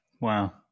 Wow